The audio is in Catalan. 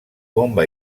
bomba